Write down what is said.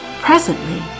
presently